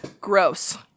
Gross